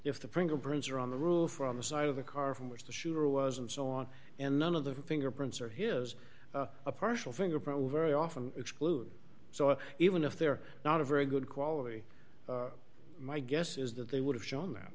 if the printer prints are on the roof on the side of the car from which the shooter was and so on and none of the fingerprints or his a partial fingerprint will very often exclude so even if they're not a very good quality my guess is that they would have shown that